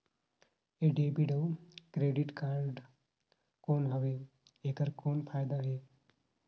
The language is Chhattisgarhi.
ये डेबिट अउ क्रेडिट कारड कौन हवे एकर कौन फाइदा हे?